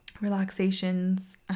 relaxations